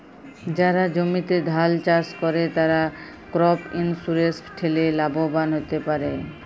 যারা জমিতে ধাল চাস করে, তারা ক্রপ ইন্সুরেন্স ঠেলে লাভবান হ্যতে পারে